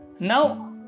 Now